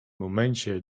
momencie